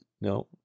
No